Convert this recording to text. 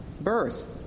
birth